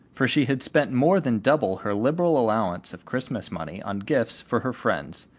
for she had spent more than double her liberal allowance of christmas money on gifts for her friends.